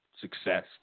success